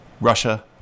Russia